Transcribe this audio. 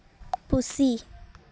ᱯᱩᱥᱤ